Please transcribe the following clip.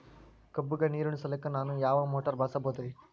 ಕಬ್ಬುಗ ನೀರುಣಿಸಲಕ ನಾನು ಯಾವ ಮೋಟಾರ್ ಬಳಸಬಹುದರಿ?